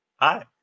Hi